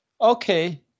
Okay